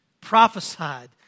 prophesied